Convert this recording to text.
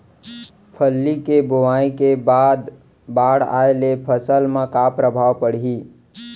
फल्ली के बोआई के बाद बाढ़ आये ले फसल मा का प्रभाव पड़ही?